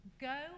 Go